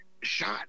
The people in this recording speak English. shot